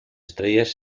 estrellas